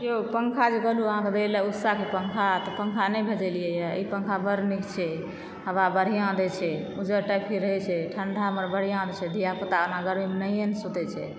यौ पंखा जे कहलहुँ अहाँकऽ दय लऽ उषाके पंखा तऽ पंखा नहि भेजलियै इ पंखा बड्ड नीक छै हवा बढ़िआँ दैत छै रहय छै ठण्डामे बढ़िआँ दैत छै धिया पुता ओना गर्मीमे नहिए न सुतय छै